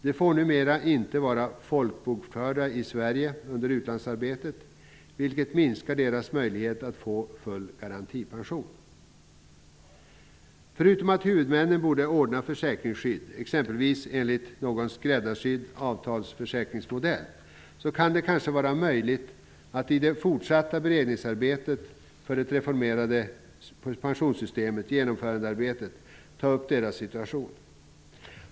De får numera inte vara folkbokförda i Sverige under utlandsarbetet, vilket minskar deras möjlighet att få full garantipension. Förutom att huvudmännen borde ordna försäkringsskydd, t.ex. enligt någon skräddarsydd avtalsförsäkringsmodell, kan det kanske vara möjligt att ta upp deras situation i det fortsatta genomförandearbetet med det reformerade pensionssystemet.